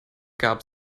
gab